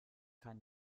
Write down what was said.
kann